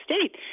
State